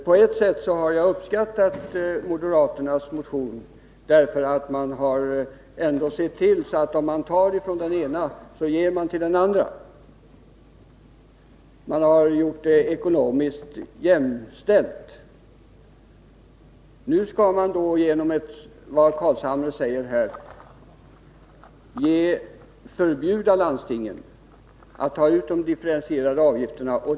På ett sätt har jag uppskattat moderaternas motion — man ser ändå till att när man tar från den ena, ger man till den andra. Man har föreslagit att det hela skall bli ekonomiskt jämställt. Nu skall man, enligt vad Nils Carlshamre här säger, förbjuda landstingen att ta ut de differentierade avgifterna.